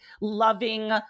loving